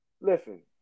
Listen